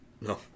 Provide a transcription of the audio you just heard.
No